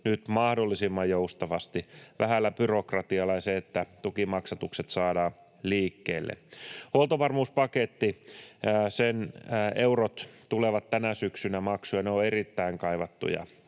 nyt mahdollisimman joustavasti vähällä byrokratialla ja tukimaksatukset saadaan liikkeelle. Huoltovarmuuspaketin eurot tulevat tänä syksynä maksuun, ja ne ovat erittäin kaivattuja